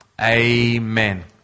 Amen